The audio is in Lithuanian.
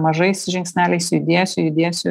mažais žingsneliais judėsiu judėsiu